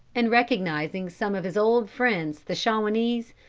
and recognising some of his old friends the shawanese,